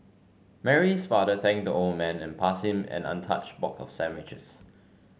Mary's father thanked the old man and passed him an untouched box of sandwiches